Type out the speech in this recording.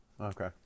okay